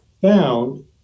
found